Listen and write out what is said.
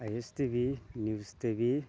I S T V news TV